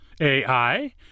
AI